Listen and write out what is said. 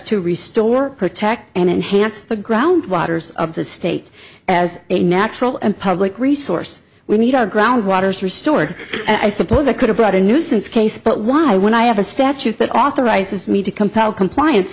to restore protect and enhance the ground waters of the state as a natural and public resource we need our ground waters restored i suppose i could have brought a nuisance case but why when i have a statute that authorizes me to compel compliance